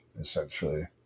essentially